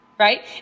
Right